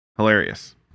hilarious